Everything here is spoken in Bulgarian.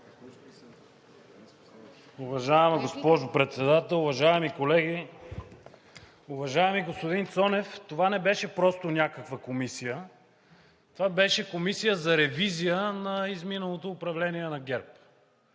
Уважаема госпожо Председател, уважаеми колеги! Уважаеми господин Цонев, това не беше просто някаква комисия. Това беше комисия за ревизия на изминалото управление на ГЕРБ.